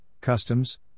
customs